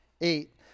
eight